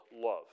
love